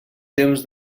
temps